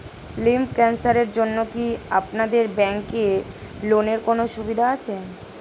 Lymph ক্যানসারের জন্য কি আপনাদের ব্যঙ্কে লোনের কোনও সুবিধা আছে?